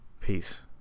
Peace